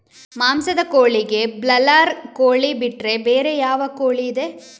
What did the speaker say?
ಮಾಂಸದ ಕೋಳಿಗೆ ಬ್ರಾಲರ್ ಕೋಳಿ ಬಿಟ್ರೆ ಬೇರೆ ಯಾವ ಕೋಳಿಯಿದೆ?